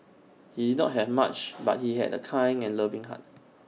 he did not have much but he had A kind and loving heart